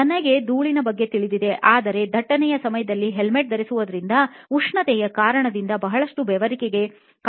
ನನಗೆ ಧೂಳಿನ ಬಗ್ಗೆ ತಿಳಿದಿತ್ತು ಆದರೆ ದಟ್ಟಣೆಯ ಸಮಯದಲ್ಲಿ ಹೆಲ್ಮೆಟ್ ಧರಿಸುವುದರಿಂದ ಉಷ್ಣತೆಯ ಕಾರಣದಿಂದ ಬಹಳಷ್ಟು ಬೆವರುವಿಕೆಗೆ ಕಾರಣವಾಗುತ್ತದೆ